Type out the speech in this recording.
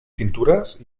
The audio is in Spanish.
pinturas